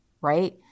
right